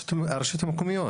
הרשויות המקומיות.